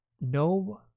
No